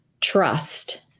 trust